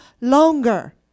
longer